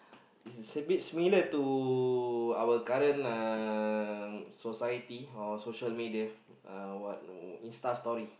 is a abit similar to our current uh society or social media or what no InstaStory